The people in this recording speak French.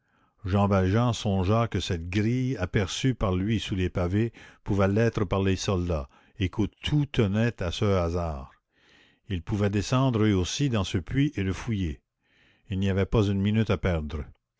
jean valjean songea que cette grille aperçue par lui sous les pavés pouvait l'être par les soldats et que tout tenait à ce hasard ils pouvaient descendre eux aussi dans ce puits et le fouiller il n'y avait pas une minute à perdre